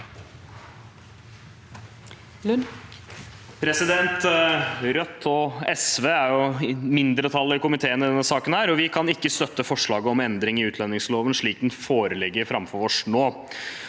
Rødt og SV er i mindretall i komiteen i denne saken, og vi kan ikke støtte forslaget om endring i utlendingsloven slik det foreligger nå.